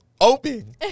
open